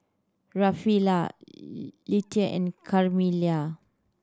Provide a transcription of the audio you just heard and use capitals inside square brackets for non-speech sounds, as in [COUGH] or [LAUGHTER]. Rafaela [UNINTELLIGIBLE] Leitha and Carmella